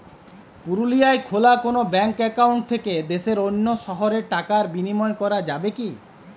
পুরুলিয়ায় খোলা কোনো ব্যাঙ্ক অ্যাকাউন্ট থেকে দেশের অন্য শহরে টাকার বিনিময় করা যাবে কি?